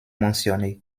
mentionné